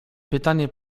pytanie